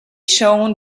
shown